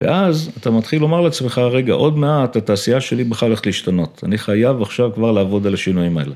ואז, אתה מתחיל לומר לעצמך, רגע, עוד מעט התעשייה שלי בכלל הולכת להשתנות. אני חייב עכשיו כבר לעבוד על השינויים האלה.